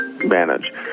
manage